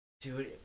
Dude